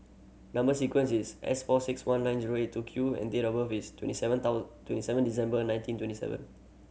number sequence is S four six one nine zero eight two Q and date of birth is twenty seven twenty seven December nineteen twenty seven